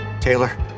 Taylor